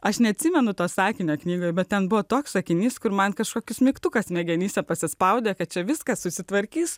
aš neatsimenu to sakinio knygoje bet ten buvo toks sakinys kur man kažkokius mygtuką smegenyse pasispaudę kad čia viskas susitvarkys